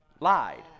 lied